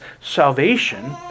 salvation